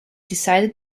decided